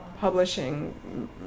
publishing